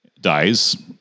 dies